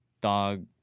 dog